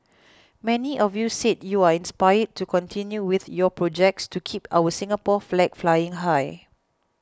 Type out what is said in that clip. many of you said you are inspired to continue with your projects to keep our Singapore flag flying high